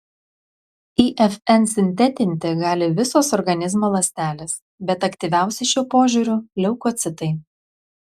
ifn sintetinti gali visos organizmo ląstelės bet aktyviausi šiuo požiūriu leukocitai